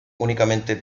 únicamente